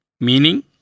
meaning